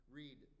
read